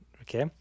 okay